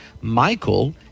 Michael